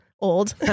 Old